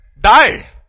die